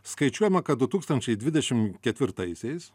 skaičiuojama kad du tūkstančiai dvidešim ketvirtaisiais